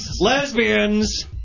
Lesbians